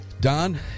Don